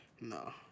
No